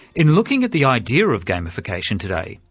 in looking at the idea of gamification today,